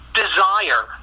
desire